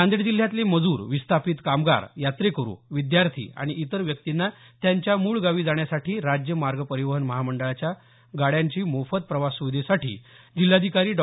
नांदेड जिल्ह्यातले मजूर विस्थापीत कामगार यात्रेकरु विद्यार्थी आणि इतर व्यक्तींना त्यांच्या मुळगावी जाण्यासाठी राज्य मार्ग परिवहन महामंडळाच्या बसेसच्या मोफत प्रवास सुविधेसाठी जिल्हाधिकारी डॉ